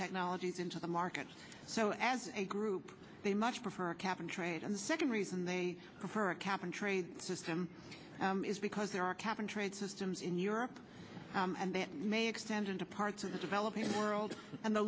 technologies into the market so as a group they much prefer cap and trade and the second reason they prefer a cap and trade system is because there are cap and trade system in europe and that may extend into parts of the developing world and the